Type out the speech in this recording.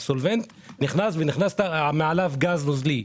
נכנס ונכנס מעליו גז נוזלי,